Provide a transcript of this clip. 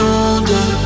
older